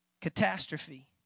catastrophe